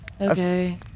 Okay